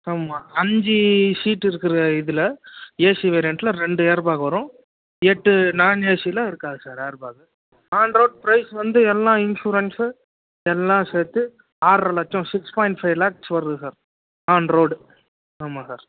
ஆமாம் அஞ்சு சீட்டு இருக்கிற இதில் ஏசி வேரியண்ட்டில் ரெண்டு ஏர் பேக் வரும் எட்டு நான் ஏசியில் இருக்காது sir air bag on road price வந்து எல்லாம் இன்ஷுரன்ஸு எல்லாம் சேர்த்து ஆறரை லட்சம் சிக்ஸ் பாயிண்ட் ஃபை லேக்ஸ் வருது சார் ஆன் ரோடு ஆமாம் சார்